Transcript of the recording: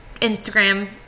Instagram